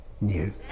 new